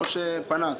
או שזה פנס?